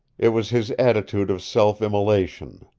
it was his attitude of self-immolation.